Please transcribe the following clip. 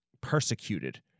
persecuted